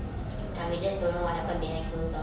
ah we just don't know what happen behind closed doors